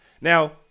now